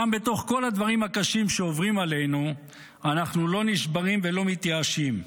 גם בתוך כל הדברים הקשים שעוברים עלינו אנחנו לא נשברים ולא מתייאשים.